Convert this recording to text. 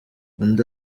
undi